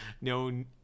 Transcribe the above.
no